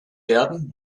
werden